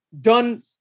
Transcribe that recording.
done